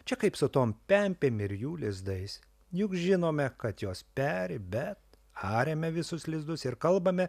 čia kaip su tom pempėm ir jų lizdais juk žinome kad jos peri bet ariame visus lizdus ir kalbame